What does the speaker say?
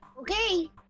Okay